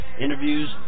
interviews